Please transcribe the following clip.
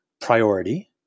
priority